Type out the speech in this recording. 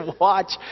watch